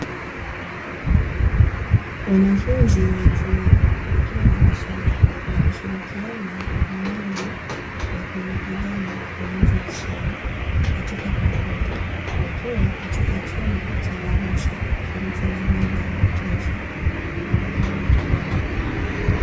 Wanafunzi wa chuo wakiwa darasani, wakishirikiana kwa pamoja na kuelekezana wanachokisoma katika kompyuta, wakiwa katika chumba cha darasa kilicho na mwanga wakutosha.